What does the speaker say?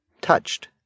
touched